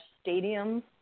Stadium